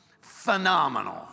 Phenomenal